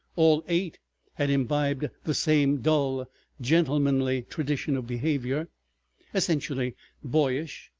all eight had imbibed the same dull gentlemanly tradition of behavior essentially boyish,